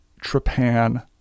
trepan